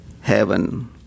heaven